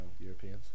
Europeans